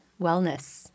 wellness